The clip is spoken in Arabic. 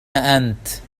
أنت